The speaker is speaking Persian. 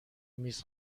میز